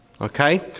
Okay